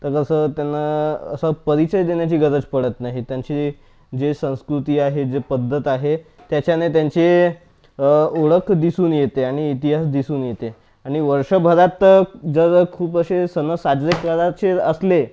तर असं त्यांना असं परिचय देण्याची गरज पडत नाही त्यांची जे संस्कृती आहे जे पद्धत आहे त्याच्याने त्यांचे ओळख दिसून येते आणि इतिहास दिसून येते आणि वर्षभरात तर जर खूप असे सण साजरे करायचे असले